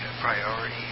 priority